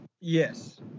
yes